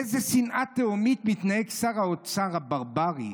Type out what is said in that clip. באיזה שנאה תהומית מתנהג שר האוצר הברברי